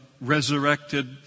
resurrected